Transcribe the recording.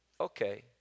okay